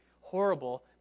horrible